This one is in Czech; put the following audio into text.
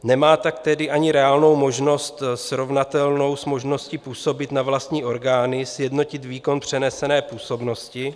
Nemá tak tedy ani reálnou možnost srovnatelnou s možností působit na vlastní orgány, sjednotit výkon přenesené působnosti.